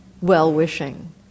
well-wishing